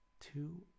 two